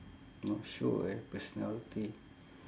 not sure eh personality